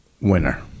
winner